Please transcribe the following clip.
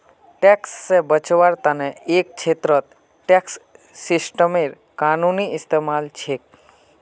tax से बचवार तने एक छेत्रत टैक्स सिस्टमेर कानूनी इस्तेमाल छिके